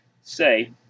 say